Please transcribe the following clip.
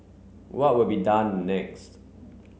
what will be done next